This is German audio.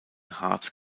harz